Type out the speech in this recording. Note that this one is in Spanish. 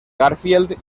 garfield